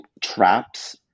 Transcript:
traps